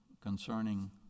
concerning